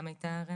גם היה רמז.